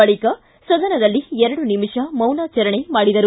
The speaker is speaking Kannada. ಬಳಿಕ ಸದನದಲ್ಲಿ ಎರಡು ನಿಮಿಷ ಮೌನಾಚರಣೆ ಮಾಡಿದರು